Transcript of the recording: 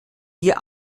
wir